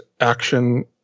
action